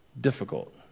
difficult